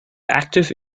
active